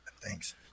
thanks